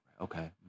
okay